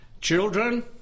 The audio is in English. Children